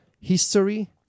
history